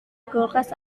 kulkas